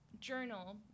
journal